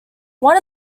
one